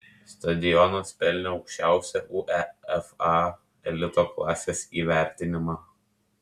stadionas pelnė aukščiausią uefa elito klasės įvertinimą